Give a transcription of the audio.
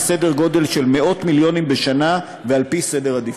בסדר גודל של מאות מיליונים בשנה ועל פי סדר עדיפות.